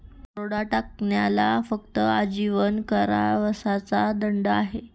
दरोडा टाकण्याला फक्त आजीवन कारावासाचा दंड आहे